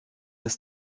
des